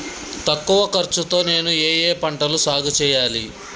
తక్కువ ఖర్చు తో నేను ఏ ఏ పంటలు సాగుచేయాలి?